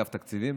אגף תקציבים